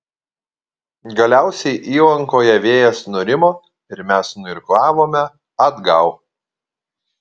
galiausiai įlankoje vėjas nurimo ir mes nuirklavome atgal